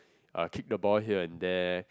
uh kick the ball here and there